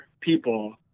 people